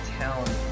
town